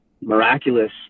miraculous